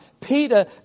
Peter